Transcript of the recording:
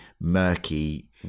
murky